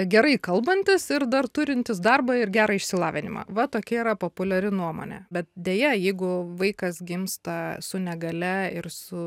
gerai kalbantis ir dar turintis darbą ir gerą išsilavinimą va tokia yra populiari nuomonė bet deja jeigu vaikas gimsta su negalia ir su